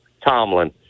Tomlin